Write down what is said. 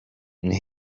and